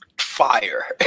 Fire